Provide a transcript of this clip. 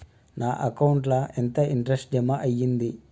నా అకౌంట్ ల ఎంత ఇంట్రెస్ట్ జమ అయ్యింది?